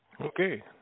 Okay